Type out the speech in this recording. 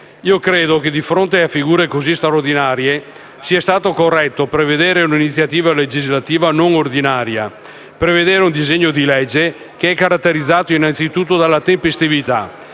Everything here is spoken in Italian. Io credo che, di fronte a figure così straordinarie, sia stato corretto prevedere un'iniziativa legislativa non ordinaria, un disegno di legge caratterizzato innanzitutto dalla tempestività,